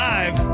Live